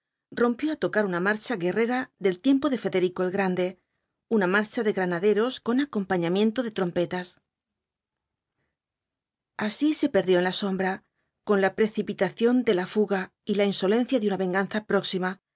rompió á tocar una marcha guerrera del tiempo de federico el grande una marcha de granaderos con acompañamiento de trompetas así se perdió en la sombra con la precipitación de la fuga y la insolencia de una venganza próxima